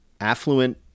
affluent